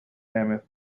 mammoth